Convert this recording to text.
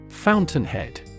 Fountainhead